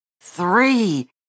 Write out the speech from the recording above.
three